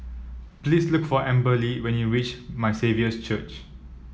please look for Amberly when you reach My Saviour's Church